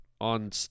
on